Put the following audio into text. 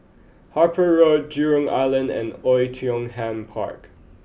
Harper Road Jurong Island and Oei Tiong Ham Park